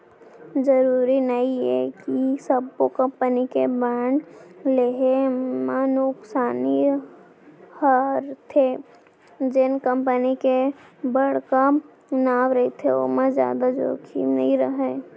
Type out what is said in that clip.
जरूरी नइये कि सब्बो कंपनी के बांड लेहे म नुकसानी हरेथे, जेन कंपनी के बड़का नांव रहिथे ओमा जादा जोखिम नइ राहय